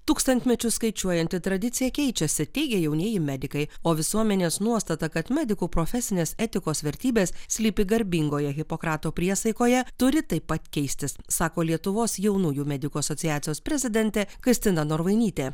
tūkstantmečius skaičiuojanti tradicija keičiasi teigė jaunieji medikai o visuomenės nuostata kad medikų profesinės etikos vertybės slypi garbingoje hipokrato priesaikoje turi taip pat keistis sako lietuvos jaunųjų medikų asociacijos prezidentė kristina norvainytė